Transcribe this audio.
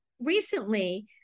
Recently